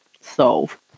solve